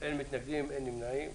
הצבעה בעד, 5 נגד, אין נמנעים,